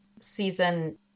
season